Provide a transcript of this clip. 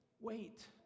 wait